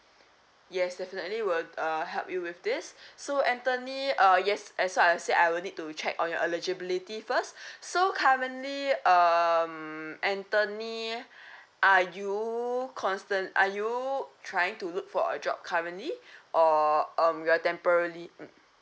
yes definitely will uh help you with this so anthony uh yes as so I will say I will need to check on your eligibility first so currently um anthony are you constant are you trying to look for a job currently or um you are temporally mm